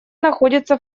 находится